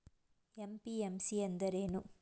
MPMC ಎಂದರೇನು?